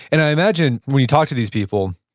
and i imagine when you talk to these people,